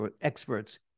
experts